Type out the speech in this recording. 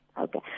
Okay